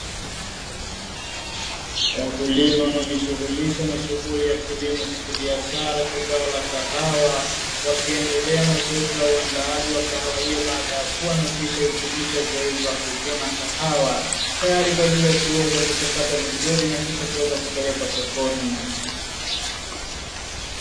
Wakulima wanaojishughulisha na shughuli ya kilimo cha kibiashara cha zao la kahawa, wakiendelea na zoezi la uandaaji wa kahawa hiyo baada ya kuwa wamekwisha hitimisha zoezi la kuvuna kahawa tayari kwa ajili ya kuweza kuchakatwa vizuri na kisha kuweza kupelekwa sokoni.